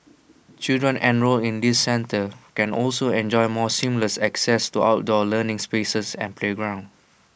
children enrolled in these centres can also enjoy more seamless access to outdoor learning spaces and playgrounds